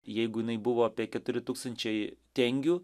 jeigu jinai buvo apie keturi tūkstančiai tengių